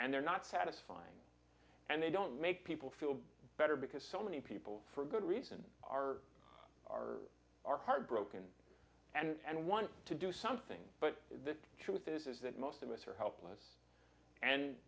and they're not satisfying and they don't make people feel better because so many people for good reason are are are heartbroken and want to do something but the truth is that most of us are helpless and